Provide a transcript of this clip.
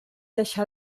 deixà